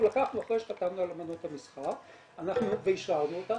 לקחנו אחרי שחתמנו על אמנות המסחר ואישררנו אותן,